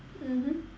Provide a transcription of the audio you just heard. mmhmm